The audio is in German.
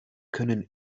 können